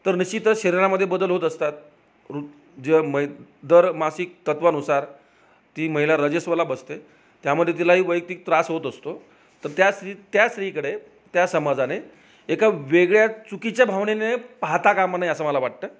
तर निश्चितच शरीरामध्ये बदल होत असतात रु जे मै दर मासिक तत्वानुसार ती महिला रजस्वला बसते त्यामध्ये तिलाही वैयक्तिक त्रास होत असतो तर त्या स्त्री त्या स्त्रीकडे त्या समाजाने एका वेगळ्या चुकीच्या भावनेने पाहाता कामा नये असं मला वाटतं